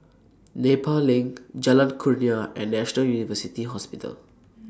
Nepal LINK Jalan Kurnia and National University Hospital